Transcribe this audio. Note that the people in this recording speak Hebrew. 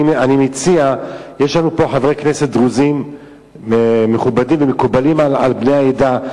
אני מציע: יש לנו פה חברי כנסת דרוזים מכובדים ומקובלים על בני העדה.